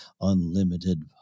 unlimited